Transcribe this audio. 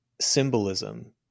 symbolism